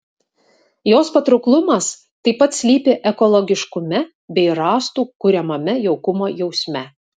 jos patrauklumas taip pat slypi ekologiškume bei rąstų kuriamame jaukumo jausme